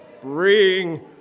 bring